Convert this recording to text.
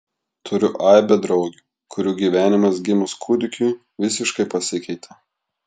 turiu aibę draugių kurių gyvenimas gimus kūdikiui visiškai pasikeitė